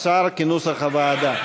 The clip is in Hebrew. כהצעת הוועדה,